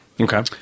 Okay